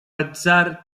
atzar